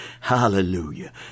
Hallelujah